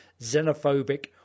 xenophobic